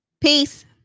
peace